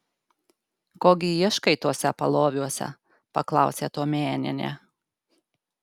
ko gi ieškai tuose paloviuose paklausė tuomėnienė